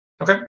Okay